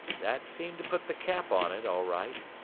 that seemed to put the cap on it, all right.